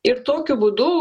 ir tokiu būdu